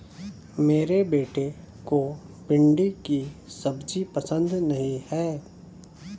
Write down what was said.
मेरे बेटे को भिंडी की सब्जी पसंद नहीं है